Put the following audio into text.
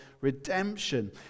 redemption